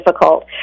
difficult